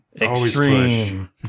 Extreme